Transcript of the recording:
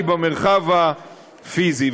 היא במרחב הפיזי.